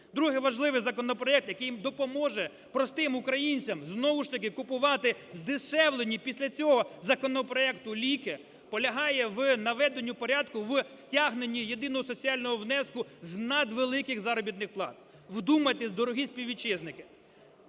Другий важливий законопроект, який допоможе простим українцям знову ж таки купувати здешевлені після цього законопроекту ліки, полягає в наведенню порядку в стягненні єдиного соціального внеску з надвеликих заробітних плат. Вдумайтесь, дорогі співвітчизники.